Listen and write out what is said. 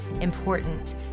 important